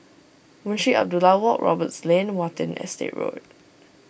Munshi Abdullah Walk Roberts Lane Watten Estate Road